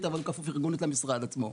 אבל הוא כפוף ארגונית למשרד עצמו.